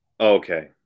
okay